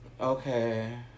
Okay